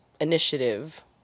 initiative